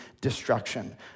destruction